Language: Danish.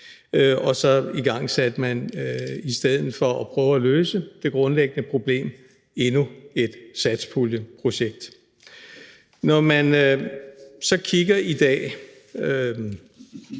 Og så igangsatte man, i stedet for at prøve at løse det grundlæggende problem, endnu et satspuljeprojekt. Når man så i dag